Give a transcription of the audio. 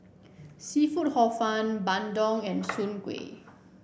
seafood Hor Fun Bandung and Soon Kway